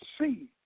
see